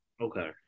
Okay